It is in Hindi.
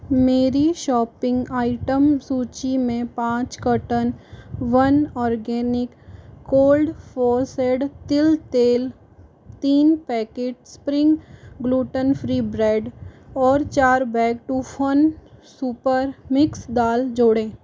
मेरी शॉपिंग आइटम सूची में पाँच carton one organic cold forced तिल तेल तीन packets spring gluten free bread और चार bag two fun super mix दाल जोड़ें